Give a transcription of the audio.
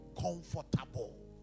comfortable